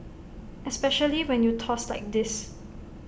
especially when you toss like this